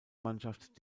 mannschaft